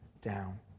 down